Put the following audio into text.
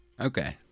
Okay